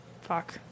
Fuck